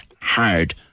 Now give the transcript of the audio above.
hard